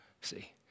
See